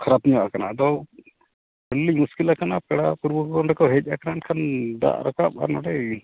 ᱠᱷᱟᱨᱟᱯ ᱧᱚᱜ ᱠᱟᱱᱟ ᱟᱫᱚ ᱟᱹᱰᱤ ᱞᱤᱧ ᱢᱩᱥᱠᱤᱞ ᱠᱟᱱᱟ ᱯᱮᱲᱟ ᱯᱨᱚᱵᱷᱩ ᱠᱚ ᱱᱚᱰᱮ ᱠᱚ ᱦᱮᱡ ᱟᱠᱟᱱ ᱠᱷᱟᱱ ᱫᱟᱜ ᱨᱟᱠᱟᱵᱼᱟ ᱱᱚᱰᱮ